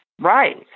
right